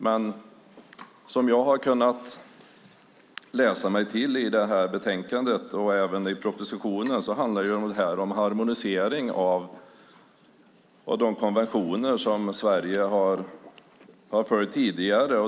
Men som jag har kunnat läsa mig till i det här betänkandet och även i propositionen handlar det här om harmonisering av de konventioner som Sverige har följt tidigare.